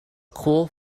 cool